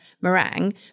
meringue